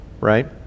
right